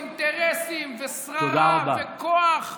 אינטרסים ושררה וכוח גרמו,